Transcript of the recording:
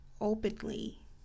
openly